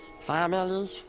Family